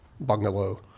bungalow